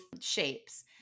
shapes